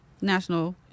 national